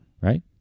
Right